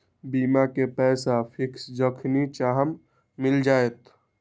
बीमा के पैसा फिक्स जखनि चाहम मिल जाएत?